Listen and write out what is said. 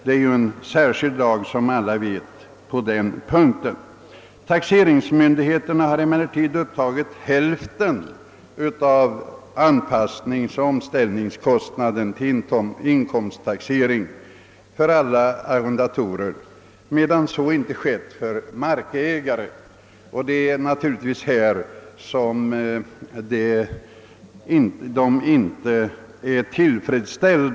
Det finns som bekant en särskild lag som reglerar förhållandena på detta område. Taxeringsmyndigheterna har emellertid tagit upp hälften av anpassningsoch <omställningskostnaden = till inkomsttaxering för alla arrendatorer medan så inte skett för markägare. Det är naturligtvis detta som förorsakat arrendatorernas missnöje.